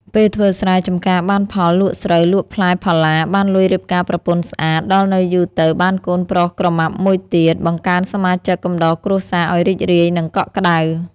ពេលធ្វើស្រែចំការបានផល លក់ស្រូវ លក់ផ្លែផល្លា បានលុយរៀបការប្រពន្ធស្អាត ដល់នៅយូរទៅ បានកូនប្រុសក្រមាប់មួយទៀត បង្កើនសមាជិកកំដរគ្រួសារឱ្យរីករាយ និងកក់ក្តៅ។